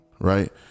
right